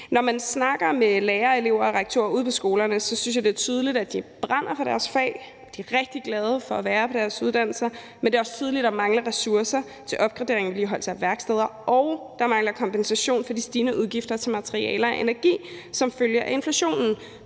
Når man snakker med elever og lærere og rektorer ude på skolerne, synes jeg, det er tydeligt, at de brænder for deres fag, og at de er rigtig glade for at være på de uddannelser, men det er også tydeligt, at der mangler ressourcer til opgradering og vedligeholdelse af værksteder, og at der mangler kompensation for de stigende udgifter til materialer og energi som følge af inflationen.